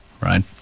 right